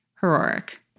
heroic